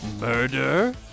murder